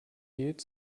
geht